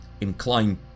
inclined